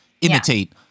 imitate